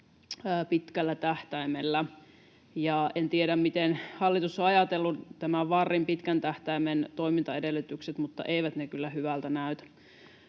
pitkällä tähtäimellä. En tiedä, miten hallitus on ajatellut VARin pitkän tähtäimen toimintaedellytykset, mutta eivät ne kyllä hyvältä näytä.